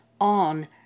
on